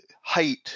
height